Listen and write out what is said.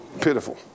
pitiful